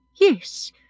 yes